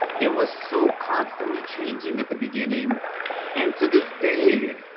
it was so constantly changing at the beginning and to this day,